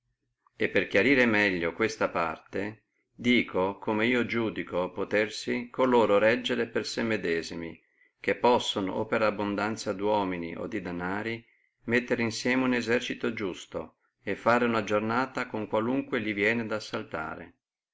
e per chiarire meglio questa parte dico come io iudico coloro potersi reggere per sé medesimi che possono o per abundanzia di uomini o di denari mettere insieme un esercito iusto e fare una giornata con qualunque li viene ad assaltare